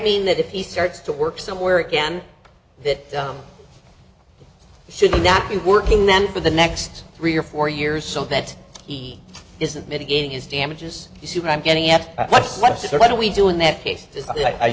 mean that if he starts to work somewhere again that should not be working then for the next three or four years so that he isn't mitigating is damages you see what i'm getting at let's let's see what do we do in that case